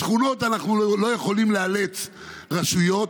בשכונות אנחנו לא יכולים לאלץ רשויות.